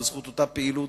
בזכות אותה פעילות